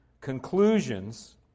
conclusions